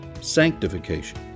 Sanctification